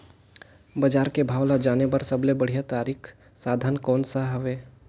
बजार के भाव ला जाने बार सबले बढ़िया तारिक साधन कोन सा हवय?